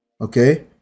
Okay